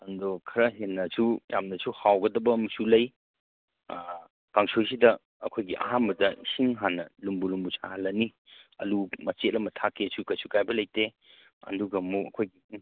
ꯑꯗꯨ ꯈꯔ ꯍꯦꯟꯅꯁꯨ ꯌꯥꯝꯅꯁꯨ ꯍꯥꯎꯒꯗꯕ ꯑꯃꯁꯨ ꯂꯩ ꯀꯥꯡꯁꯣꯏꯁꯤꯗ ꯑꯩꯈꯣꯏꯒꯤ ꯑꯍꯥꯟꯕꯗ ꯏꯁꯤꯡ ꯍꯥꯟꯅ ꯂꯨꯝꯕꯨ ꯂꯨꯝꯕꯨ ꯁꯥꯍꯜꯂꯅꯤ ꯑꯜꯂꯨ ꯃꯆꯦꯠ ꯑꯃ ꯊꯥꯛꯀꯦꯁꯨ ꯀꯩꯁꯨ ꯀꯥꯏꯕ ꯂꯩꯇꯦ ꯑꯗꯨꯒ ꯑꯃꯨꯛ ꯑꯩꯈꯣꯏꯒꯤ